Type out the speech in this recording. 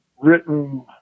written